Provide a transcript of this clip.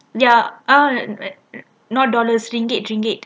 ya ah not dollars ringgit ringgit